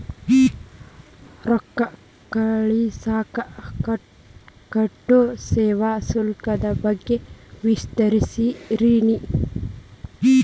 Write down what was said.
ರೊಕ್ಕ ಕಳಸಾಕ್ ಕಟ್ಟೋ ಸೇವಾ ಶುಲ್ಕದ ಬಗ್ಗೆ ವಿವರಿಸ್ತಿರೇನ್ರಿ?